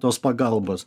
tos pagalbos